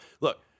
look